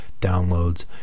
downloads